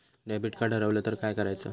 Debit card हरवल तर काय करायच?